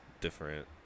different